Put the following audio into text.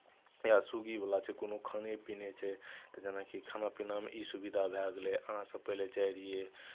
या स्विगीवला छै कोनो खाने पीने छै तऽ जेनाकि खाना पीनामे ई सुविधा भए गेलै अहाँसभ पहिले जाइ रहियै